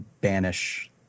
banish